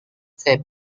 saya